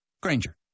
Granger